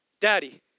Daddy